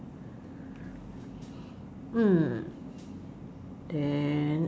mm uh